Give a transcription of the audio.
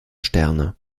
sterne